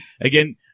Again